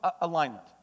alignment